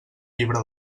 llibre